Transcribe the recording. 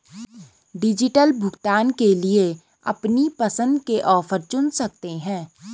digital भुगतान के लिए अपनी पसंद के ऑफर चुन सकते है